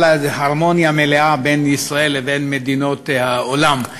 איזה הרמוניה מלאה בין ישראל ובין מדינות העולם.